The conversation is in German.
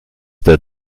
der